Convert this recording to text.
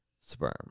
sperm